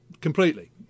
completely